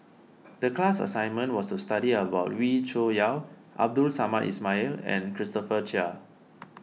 the class assignment was to study about Wee Cho Yaw Abdul Samad Ismail and Christopher Chia